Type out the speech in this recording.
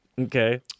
Okay